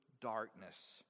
darkness